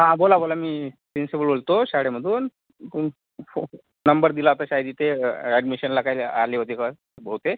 हां बोला बोला मी प्रिंसिपल बोलतो शाळेमधून तुम हो नंबर दिला होता शाळेत इथे ॲडमिशनला काय आले होते काल बहुतेक